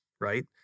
right